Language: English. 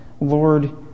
Lord